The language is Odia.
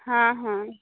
ହଁ ହଁ